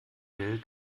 will